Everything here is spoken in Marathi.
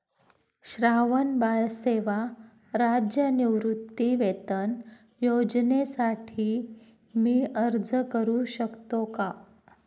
श्रावणबाळ सेवा राज्य निवृत्तीवेतन योजनेसाठी मी अर्ज करू शकतो का?